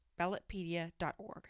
Ballotpedia.org